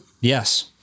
Yes